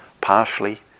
partially